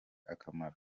akamaro